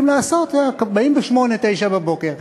גם אלה שאני הייתי שותף להם בכנסת הקודמת וגם החוקים האלה,